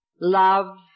love